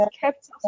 kept